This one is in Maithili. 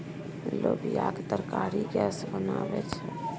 लोबियाक तरकारी गैस बनाबै छै